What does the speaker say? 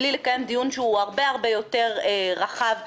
בלי לקיים דיון שהוא הרבה יותר רחב וגדול.